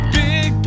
big